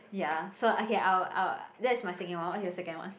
ya so okay I'll I'll that's my second one what's your second one